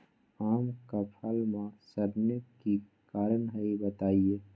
आम क फल म सरने कि कारण हई बताई?